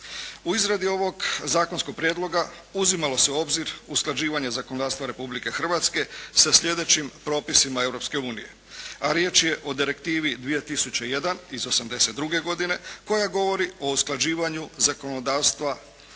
U izradi ovog zakonskog prijedloga uzimalo se u obzir usklađivanje zakonodavstava Republike Hrvatske sa sljedećim propisima Europske unije. A riječ je o Direktivi 2001 iz '82. godine koja govori o usklađivanju zakonodavstva država